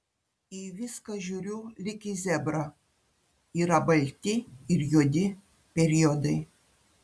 į viską žiūriu lyg į zebrą yra balti ir juodi periodai